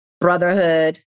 brotherhood